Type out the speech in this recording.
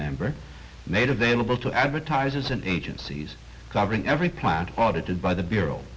member made available to advertises an agency's covering every plant audited by the bureau